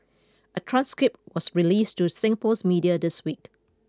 a transcript was released to Singapore's media this week